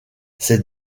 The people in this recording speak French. ces